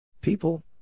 People